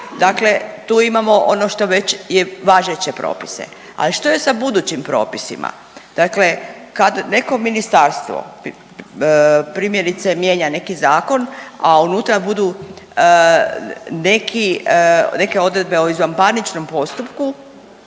Dakle, tu imamo ono što već je važeće propise, ali što je sa budućim propisima. Dakle, kad neko ministarstvo primjerice mijenja neki zakon, a unutra budu neki, neke odredbe o izvanparničnom postupku,